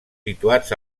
situats